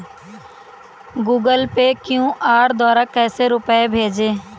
Google Pay QR द्वारा कैसे रूपए भेजें?